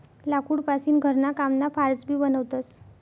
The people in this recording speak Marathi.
लाकूड पासीन घरणा कामना फार्स भी बनवतस